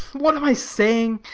what am i saying?